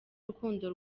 urukundo